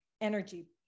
energy